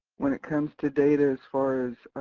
when it comes to data, as far as,